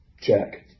check